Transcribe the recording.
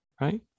right